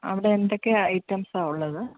അവിടെ എന്തൊക്കെ ഐറ്റംസാ ഉള്ളത്